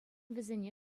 вӗсене